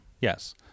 yes